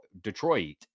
Detroit